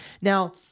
Now